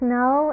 no